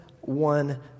one